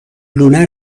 لونه